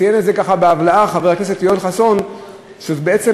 ציין את זה בהבלעה חבר הכנסת יואל חסון שזאת בעצם